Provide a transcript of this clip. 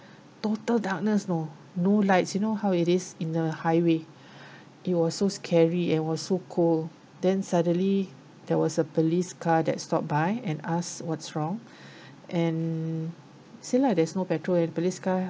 total darkness lor no lights you know how it is in the highway it was so scary and was so cold then suddenly there was a police car that stop by and ask what's wrong and see lah there's no petrol and police car